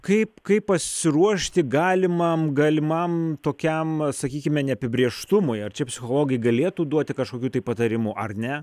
kaip kaip pasiruošti galimam galimam tokiam sakykime neapibrėžtumui ar čia psichologai galėtų duoti kažkokių tai patarimų ar ne